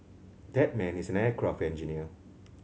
that man is an aircraft engineer